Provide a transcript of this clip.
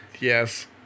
Yes